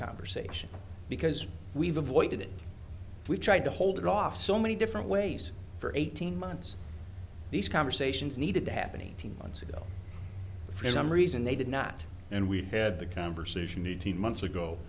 conversation because we've avoided it we tried to hold it off so many different ways for eighteen months these conversations needed to happen eighteen months ago for some reason they did not and we had the conversation between months ago